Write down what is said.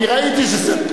אני ראיתי שזה,